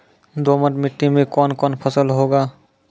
दोमट मिट्टी मे कौन कौन फसल होगा?